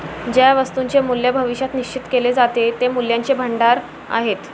ज्या वस्तूंचे मूल्य भविष्यात निश्चित केले जाते ते मूल्याचे भांडार आहेत